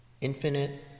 infinite